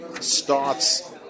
starts